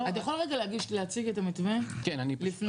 לא --- אתה יכול להציג את המתווה לפני ה-,